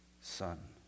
son